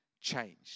changed